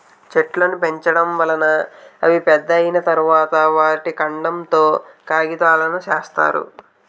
చెట్లును పెంచడం వలన అవి పెద్దవి అయ్యిన తరువాత, వాటి కాండం తో కాగితాలును సేత్తారు